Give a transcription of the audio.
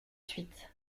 suite